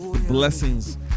blessings